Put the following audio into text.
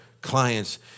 clients